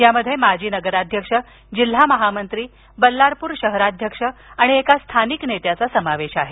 यामध्ये माजी नगराध्यक्ष जिल्हा महामंत्री बल्लारपूर शहराध्यक्ष आणि एका स्थानिक नेत्यांचा समावेश आहेत